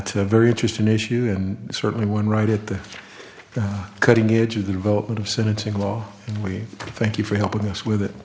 to a very interesting issue certainly one right at the cutting edge of the development of sentencing law we thank you for helping us with it